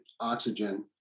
oxygen